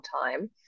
time